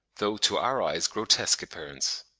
though, to our eyes, grotesque appearance.